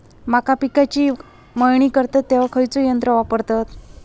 मका पिकाची मळणी करतत तेव्हा खैयचो यंत्र वापरतत?